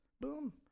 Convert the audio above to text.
Boom